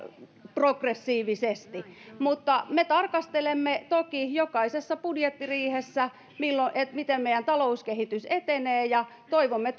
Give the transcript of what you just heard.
progressiivisesti mutta me tarkastelemme toki jokaisessa budjettiriihessä miten meidän talouskehitys etenee ja toivomme